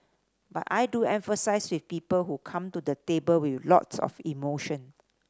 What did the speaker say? but I do empathise with people who come to the table with lots of emotion